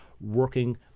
working